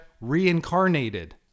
reincarnated